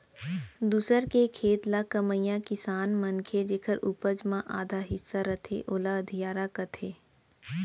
दूसर के खेत ल कमइया किसान मनखे जेकर उपज म आधा हिस्सा रथे ओला अधियारा कथें